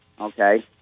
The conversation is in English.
Okay